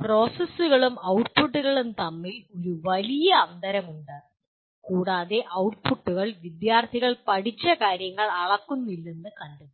പ്രോസസ്സുകളും ഔട്ട്പുട്ടുകളും തമ്മിൽ ഒരു വലിയ അന്തരം ഉണ്ട് കൂടാതെ ഔട്ട്പുട്ടുകൾ വിദ്യാർത്ഥികൾ പഠിച്ച കാര്യങ്ങൾ അളക്കുന്നില്ലെന്ന് കണ്ടെത്തി